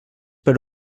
per